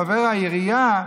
חבר העירייה,